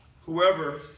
whoever